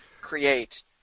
create